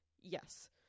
yes